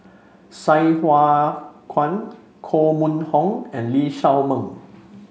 Sai Hua Kuan Koh Mun Hong and Lee Shao Meng